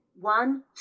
one